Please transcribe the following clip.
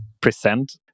present